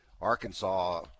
Arkansas